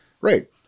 Right